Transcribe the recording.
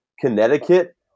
Connecticut